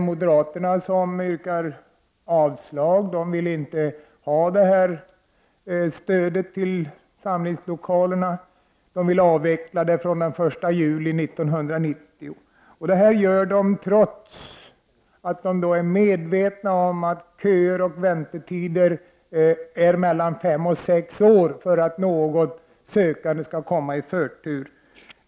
Moderaterna vill inte ha något stöd till samlingslokalerna utan vill att det avvecklas den 1 juli 1990. De framför detta krav trots att de är medvetna om att väntetiden för de sökande är fem till sex år innan de hamnar först i kön.